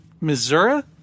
Missouri